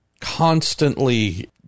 constantly